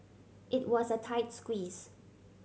it was a tight squeeze